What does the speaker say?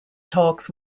talks